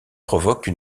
provoque